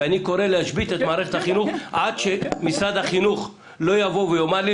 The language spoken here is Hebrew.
ואני קורא להשבית את מערכת החינוך עד שמשרד החינוך יאמר לי